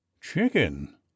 chicken